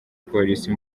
polisi